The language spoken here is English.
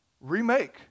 remake